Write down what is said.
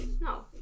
no